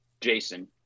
Jason